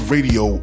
Radio